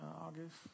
August